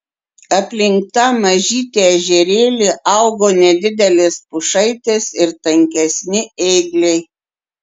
aplink tą mažytį ežerėlį augo nedidelės pušaitės ir tankesni ėgliai